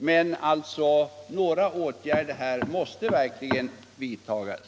Men några åtgärder måste verkligen vidtas.